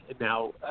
Now